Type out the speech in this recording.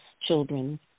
children